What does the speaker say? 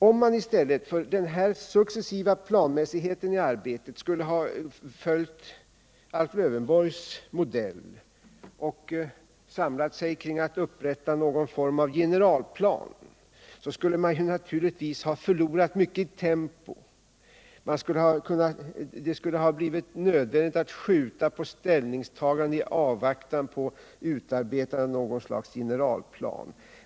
Om man i stället för denna successiva planmiässighet i arbetet skulle ha följt Alf Lövenborgs modell och samlat sig kring att upprätta någon form av generalplan, skulle man naturligtvis ha förlorat mycket i tempo. Det skulle ha blivit nödvändigt att skjuta upp ställningstaganden i avvaktan på utarbetandet av en sådan generalplan.